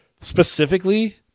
specifically